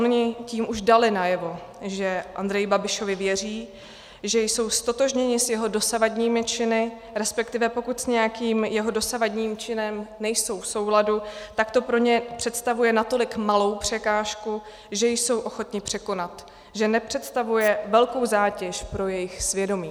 Oni tím už dali najevo, že Andreji Babišovi věří, že jsou ztotožněni s jeho dosavadními činy, resp. pokud s nějakým jeho dosavadním činem nejsou v souladu, tak to pro ně představuje natolik malou překážku, že ji jsou ochotni překonat, že nepředstavuje velkou zátěž pro jejich svědomí.